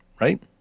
right